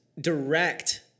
direct